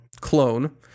clone